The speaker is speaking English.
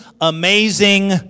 Amazing